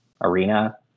arena